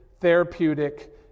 therapeutic